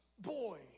boy